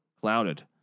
clouded